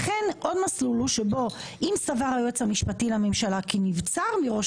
עוד מסלול הוא שאם סבר היועץ המשפטי לממשלה כי נבצר מראש